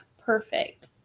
perfect